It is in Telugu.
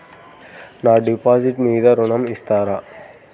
నా డిపాజిట్ మీద ఋణం ఇస్తారా?